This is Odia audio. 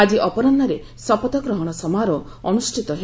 ଆଜି ଅପରାହରେ ଶପଥ ଗ୍ରହଣ ସମାରୋହ ଅନୁଷ୍ଠିତ ହେବ